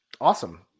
awesome